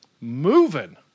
moving